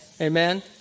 Amen